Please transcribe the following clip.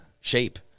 shape